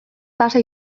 tasa